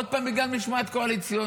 עוד פעם בגלל משמעת קואליציונית?